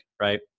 right